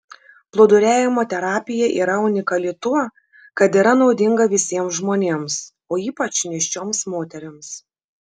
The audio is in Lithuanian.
plūduriavimo terapija yra unikali tuo kad yra naudinga visiems žmonėms o ypač nėščioms moterims